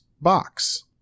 box